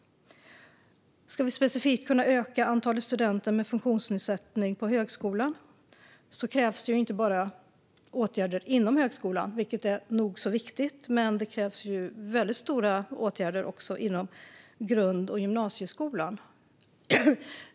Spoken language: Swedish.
Ska vi specifikt kunna öka antalet studenter med funktionsnedsättning på högskolan krävs det inte bara åtgärder inom högskolan, vilka är nog så viktiga. Det krävs också stora åtgärder inom grundskolan och gymnasieskolan.